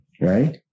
Right